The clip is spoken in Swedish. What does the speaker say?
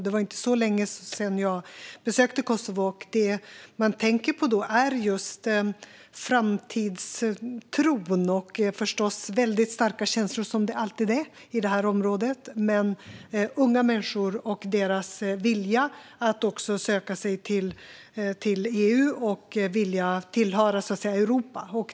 Det var inte så länge sedan jag besökte Kosovo, och det man tänker på då är just framtidstron hos unga människor och deras vilja att söka sig till och tillhöra EU och Europa, liksom förstås väldigt starka känslor som det alltid är i detta område.